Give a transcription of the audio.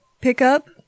pickup